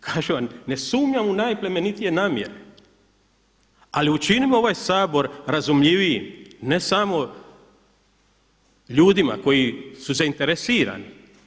Kažem vam ne sumnjam u najplemenitije namjere, ali učinimo ovaj Sabor razumljivijim ne samo ljudima koji su zainteresirani.